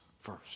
first